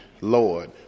Lord